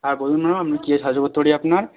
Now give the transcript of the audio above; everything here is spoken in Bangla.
হ্যাঁ বলুন ম্যাম আমি কীভাবে সাহায্য করতে পারি আপনার